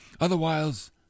otherwise